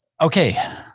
Okay